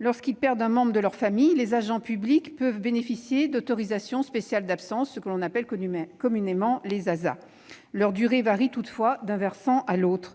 Lorsqu'ils perdent un membre de leur famille, les agents publics peuvent bénéficier d'autorisations spéciales d'absence (ASA). La durée de celles-ci varie toutefois d'une fonction